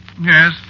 Yes